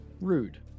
Rude